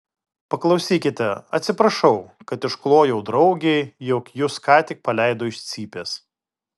paklausykite atsiprašau kad išklojau draugei jog jus ką tik paleido iš cypės